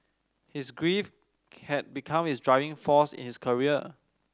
his grief had become his driving force in his career